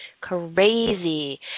crazy